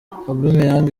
aubameyang